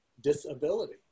disability